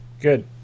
Good